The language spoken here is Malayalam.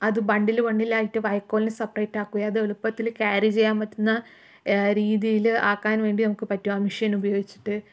അത് ബണ്ടില് ബണ്ടിലായിട്ട് വൈക്കോലിനെ സെപ്പറേറ്റ് ആക്കുകയും അത് എളുപ്പത്തില് ക്യാരി ചെയ്യാൻ പറ്റുന്ന രീതിയില് ആക്കാൻ വേണ്ടി നമുക്ക് പറ്റും ആ മിഷൻ ഉപയോഗിച്ചിട്ട്